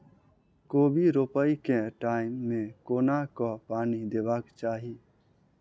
कोबी रोपय केँ टायम मे कोना कऽ पानि देबाक चही?